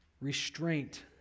restraint